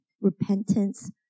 repentance